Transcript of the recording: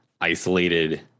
isolated